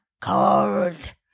cold